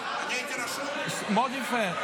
מאוד יפה.